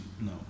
No